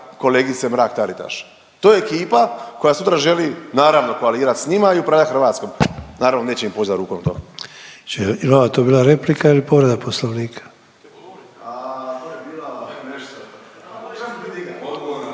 kolegice Mrak Taritaš. To je ekipa koja sutra želi, naravno koalirat s njima i upravljat Hrvatskom. Naravno neće im poć za rukom to. **Sanader, Ante (HDZ)** Jel vama to bila replika ili povreda Poslovnika? …/Upadica: To je bila nešto./… …/Upadice se